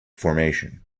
formation